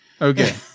Okay